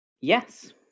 Yes